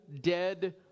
dead